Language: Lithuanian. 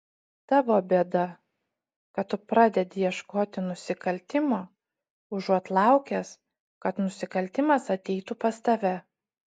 tavo bėda kad tu pradedi ieškoti nusikaltimo užuot laukęs kad nusikaltimas ateitų pas tave